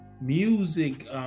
music